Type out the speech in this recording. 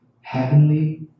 heavenly